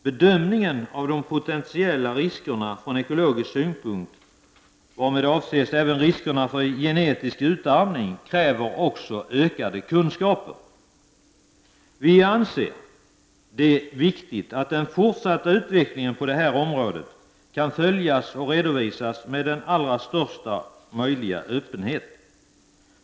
Bedömningen från ekologisk synpunkt av de potentiella riskerna — varmed avses även riskerna för genetisk utarmning — kräver ökade kunskaper. Vi anser det vara viktigt att den fortsatta utvecklingen på detta område kan följas och redovisas med största möjliga öppenhet.